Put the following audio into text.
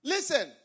Listen